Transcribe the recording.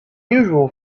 usual